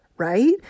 right